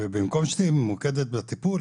במקום שתהיי ממוקדת בטיפול,